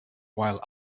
while